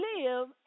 live